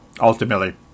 ultimately